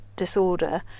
disorder